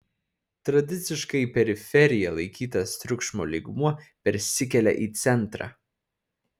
tradiciškai periferija laikytas triukšmo lygmuo persikelia į centrą